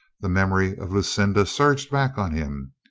the memory of lucinda surged back on him.